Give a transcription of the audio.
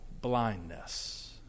blindness